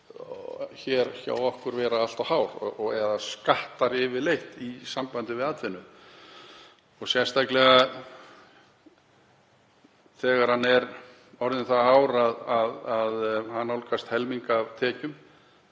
hjá okkur vera allt of hár eða skattur yfirleitt í sambandi við atvinnu, sérstaklega þegar hann er orðinn það hár að hann nálgast helming af tekjum.